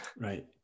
Right